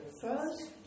first